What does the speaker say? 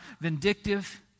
vindictive